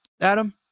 adam